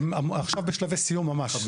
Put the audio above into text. הם עכשיו בשלבי סיום ממש.